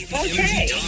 Okay